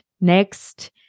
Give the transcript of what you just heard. next